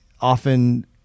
Often